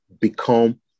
become